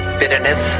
bitterness